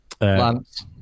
lance